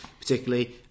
particularly